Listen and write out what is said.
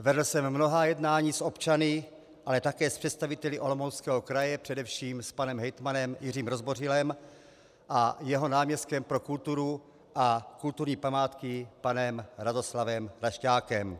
Vedl jsem mnohá jednání s občany, ale také s představiteli Olomouckého kraje, především s panem hejtmanem Jiřím Rozbořilem a jeho náměstkem pro kulturu a kulturní památky panem Radoslavem Kašťákem.